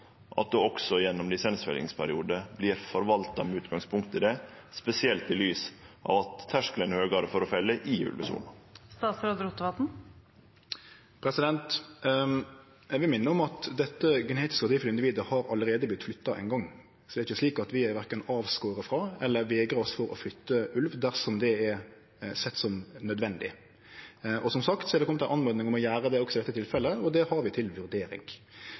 at det også gjennom ein lisensfellingsperiode vert forvalta med utgangspunkt i det, spesielt i lys av at terskelen er høgre for å felle i ulvesona? Eg vil minne om at dette genetisk verdifulle individet allereie har vorte flytta ein gong, så det er ikkje slik at vi er verken avskorne frå eller vegrar oss for å flytte ulv dersom det er sett som nødvendig. Og som sagt er det kome ei oppmoding om å gjere det også i dette tilfellet, og det har vi til vurdering.